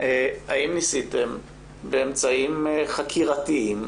האם ניסיתם באמצעים חקירתיים,